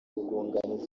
ubwunganizi